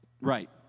Right